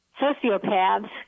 sociopaths